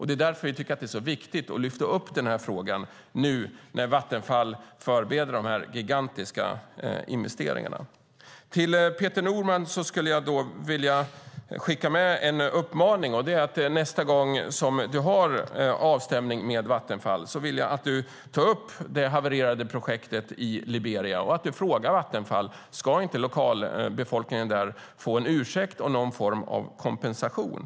Därför tycker vi att det är viktigt att lyfta upp den här frågan nu när Vattenfall förbereder de gigantiska investeringarna. Jag skulle vilja skicka med en uppmaning till Peter Norman. Jag vill att du nästa gång du har avstämning med Vattenfall tar upp det havererade projektet i Liberia och frågar Vattenfall om inte lokalbefolkningen ska få en ursäkt och någon form av kompensation.